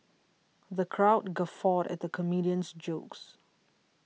the crowd guffawed at the comedian's jokes